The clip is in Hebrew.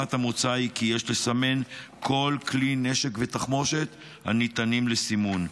ברירת המוצא היא כי יש לסמן כל כלי נשק ותחמושת הניתנים לסימון.